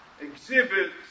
exhibits